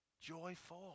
Joyful